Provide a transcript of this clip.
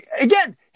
again